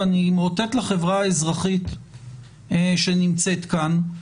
ואני מאותת לחברה האזרחית שנמצאת כאן,